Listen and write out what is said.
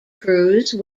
cruise